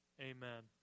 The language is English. Amen